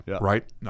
right